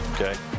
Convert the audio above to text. Okay